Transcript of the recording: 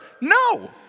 no